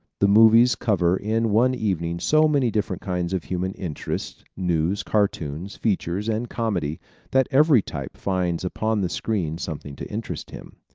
the movies cover in one evening so many different kinds of human interests news, cartoons, features and comedy that every type finds upon the screen something to interest him.